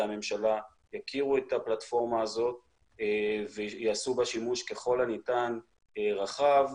הממשלה יכירו את הפלטפורמה הזאת ויעשו בה שימוש ככל הניתן רחב,